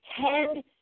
tend